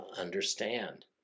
understand